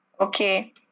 Okay